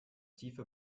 tiefe